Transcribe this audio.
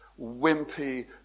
wimpy